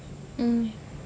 mm